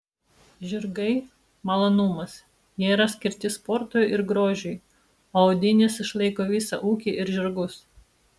žirgai malonumas jie yra skirti sportui ir grožiui o audinės išlaiko visą ūkį ir žirgus